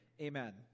Amen